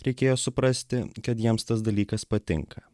reikėjo suprasti kad jiems tas dalykas patinka